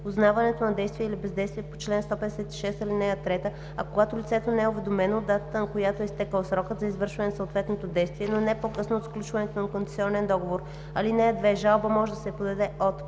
узнаването на действие или бездействие по чл. 156, ал. 3, а когато лицето не е уведомено – от датата, на която е изтекъл срокът за извършване на съответното действие, но не по-късно от сключването на концесионния договор. (2) Жалба може да се подаде от: